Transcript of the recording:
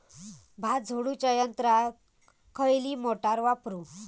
भात झोडूच्या यंत्राक खयली मोटार वापरू?